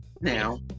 now